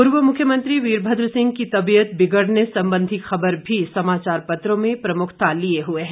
पूर्व मुख्यमंत्री वीरभद्र सिंह की तबीयत बिगड़ने संबंधी खबर भी समाचार पत्रों में प्रमुखता लिए हुए है